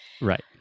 Right